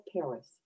Paris